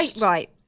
right